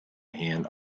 féin